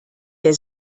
der